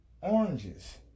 oranges